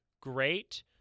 Great